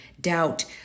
doubt